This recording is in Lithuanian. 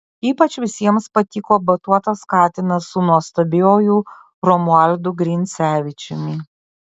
ypač visiems patiko batuotas katinas su nuostabiuoju romualdu grincevičiumi